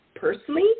personally